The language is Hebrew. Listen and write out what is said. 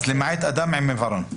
נשאיר רק "למעט אדם עם עיוורון".